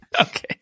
Okay